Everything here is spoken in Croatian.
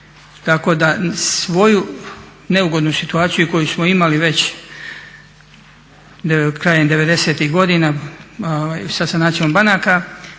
tako da svoju neugodnu situaciju koju smo imali već krajem '90.-tih godina sa sanacijom banaka